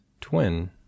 twin